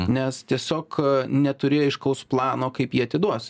nes tiesiog neturi aiškaus plano kaip jį atiduosi